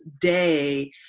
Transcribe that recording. day